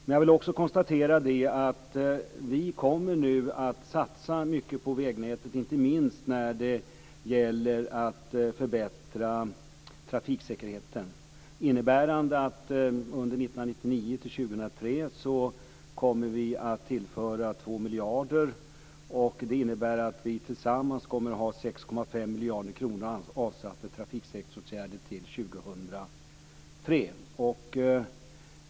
Men jag vill också konstatera att vi nu kommer att satsa mycket på vägnätet, inte minst när det gäller att förbättra trafiksäkerheten, innebärande att vi under 1999 till 2003 kommer att tillföra 2 miljarder. Det innebär att vi tillsammans kommer att ha 6,5 miljarder kronor avsatta för trafiksäkerhetsåtgärder till år 2003.